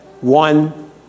one